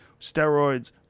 steroids